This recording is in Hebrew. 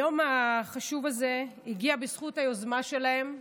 היום החשוב הזה הגיע בזכות היוזמה שלהם,